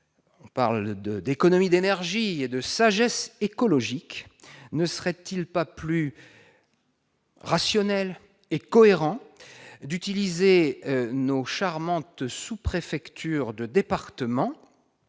on parle de d'économie d'énergie et de sagesse écologique ne serait-il pas plus. Rationnel et cohérent d'utiliser nos charmantes sous-préfectures de département